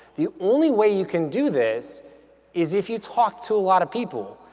the only way you can do this is if you talk to a lot of people.